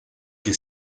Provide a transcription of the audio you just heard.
que